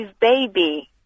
baby